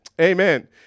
Amen